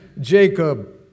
Jacob